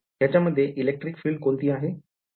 ह्याच्या मध्ये electric field कोणती आहे